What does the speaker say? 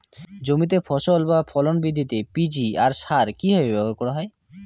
জমিতে ফসল বা ফলন বৃদ্ধিতে পি.জি.আর সার কীভাবে ব্যবহার করা হয়?